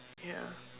ya